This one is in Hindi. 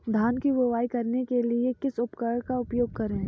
धान की बुवाई करने के लिए किस उपकरण का उपयोग करें?